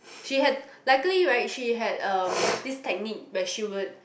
she had luckily right she had um this technique where she would